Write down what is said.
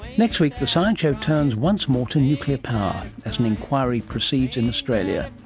next week the science show turns once more to nuclear power as an enquiry proceeds in australia.